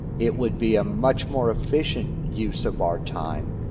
it would be a much more efficient use of our time.